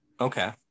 Okay